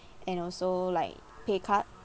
and also like pay cut